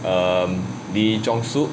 um lee jong suk